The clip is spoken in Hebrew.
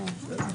לא.